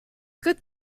good